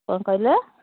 କ'ଣ କହିଲ